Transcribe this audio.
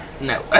no